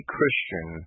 Christian